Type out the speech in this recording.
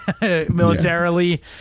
militarily